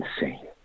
insane